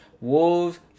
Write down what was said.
Wolves